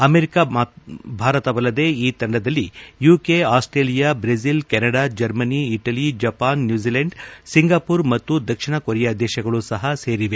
America ಭಾರತವಲ್ಲದೆ ಈ ತಂಡದಲ್ಲಿ UK Australia Brazil Canada Germany Italy Japan New Zealand Singapore ಮತ್ತು ದಕ್ಷಿಣ ಕೊರಿಯಾ ದೇಶಗಳೂ ಸಹ ಸೇರಿವೆ